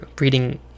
reading